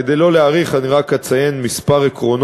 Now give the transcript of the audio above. כדי שלא להאריך, אני רק אציין כמה עקרונות